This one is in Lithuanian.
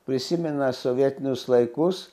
prisimena sovietinius laikus